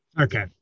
Okay